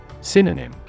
Synonym